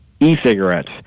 e-cigarettes